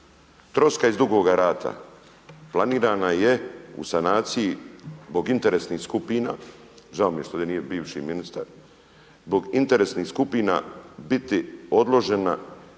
Drugog svjetskog rata planirana je u sanaciji zbog interesnih skupina, žao mi je što nije ovdje bivši ministar, zbog interesnih skupina biti odložena